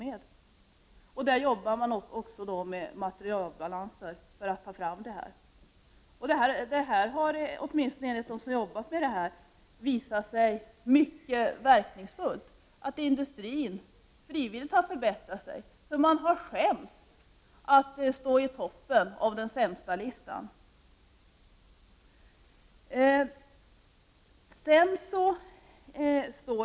Man arbetar också för att ta fram materialbalanser. Detta har åtminstone enligt dem som arbetar med detta visat sig mycket verkningsfullt. Industrin har frivilligt förbättrat sig. Man har skämts för att stå i toppen på sämsta-listan.